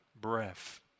breath